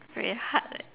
very hard leh